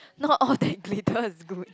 not all that glitter is good